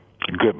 good